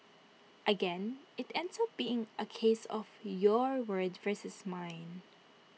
again IT ends up being A case of your word versus mine